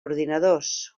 ordinadors